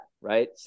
right